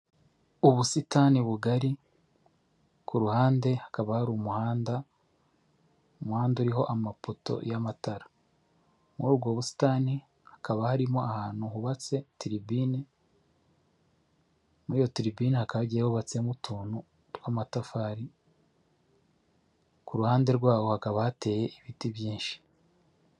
Ubusitani bugari, ku ruhande hakaba hari umuhanda, umuhanda uriho amapoto y'amatara. Muri ubwo busitani hakaba harimo ahantu hubatse tiribine, muri iyo tiribine hakaba hagiye hubatsemo utuntu tw'amatafari, ku ruhande rwaho hakaba hateye ibiti byinshi.